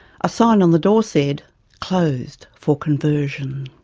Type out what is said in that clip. a sign on the door said closed for conversion.